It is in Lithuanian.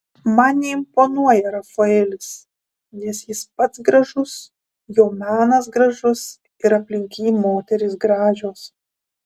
man neimponuoja rafaelis nes jis pats gražus jo menas gražus ir aplink jį moterys gražios